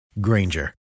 Granger